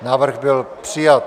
Návrh byl přijat.